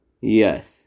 Yes